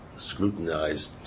Scrutinized